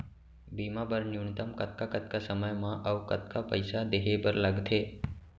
बीमा बर न्यूनतम कतका कतका समय मा अऊ कतका पइसा देहे बर लगथे